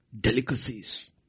Delicacies